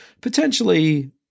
potentially